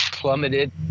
plummeted